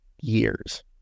years